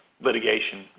litigation